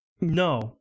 No